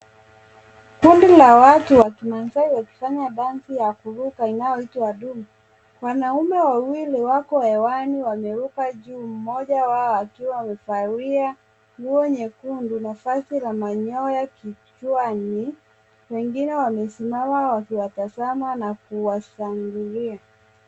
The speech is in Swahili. Kudni la watu wa kimaasai wakifanya densi ya kuruka inayoitwa, doom. Wanaume wawili wako hewani wameruka juu, mmoja wao akiwa amevalia nguo nyekundu na vazi la manyoya kichwani. Wengine wamesimama wakiwatazama na kuwashangilia.